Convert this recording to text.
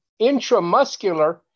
Intramuscular